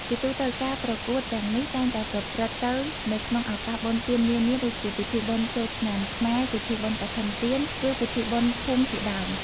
ជាទូទៅ ការប្រកួតទាំងនេះតែងតែប្រព្រឹត្តទៅនៅក្នុងឱកាសបុណ្យទាននានាដូចជាពិធីបុណ្យចូលឆ្នាំខ្មែរ ពិធីបុណ្យកឋិនទាន ឬពិធីបុណ្យភូមិជាដើម។